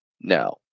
No